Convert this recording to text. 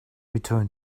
return